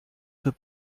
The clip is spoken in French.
peut